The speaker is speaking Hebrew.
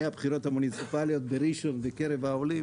הבחירות המוניציפליות בראשון בקרב העולים,